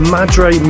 Madre